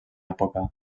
època